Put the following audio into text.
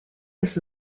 this